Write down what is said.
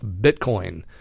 bitcoin